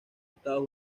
estados